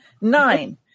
nine